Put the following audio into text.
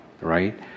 right